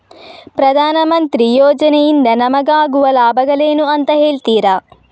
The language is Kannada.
ಪ್ರಧಾನಮಂತ್ರಿ ಯೋಜನೆ ಇಂದ ನಮಗಾಗುವ ಲಾಭಗಳೇನು ಅಂತ ಹೇಳ್ತೀರಾ?